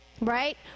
right